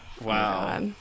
Wow